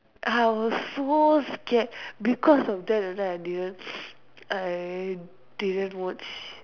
I was so scared because of that that time I didn't I didn't watch